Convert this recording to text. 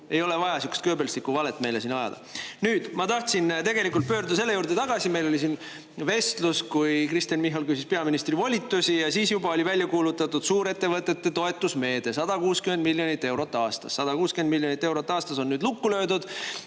Ei ole vaja sihukest goebbelslikku valet meile siin ajada. Nüüd, ma tahtsin tegelikult pöörduda selle juurde tagasi: meil oli siin vestlus, kui Kristen Michal küsis peaministri volitusi, ja siis juba oli välja kuulutatud suurettevõtete toetusmeede 160 miljonit eurot aastas. 160 miljonit eurot aastas on nüüd lukku löödud.